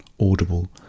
Audible